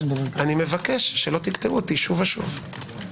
אני מבקש שלא תקטעו אותי שוב ושוב.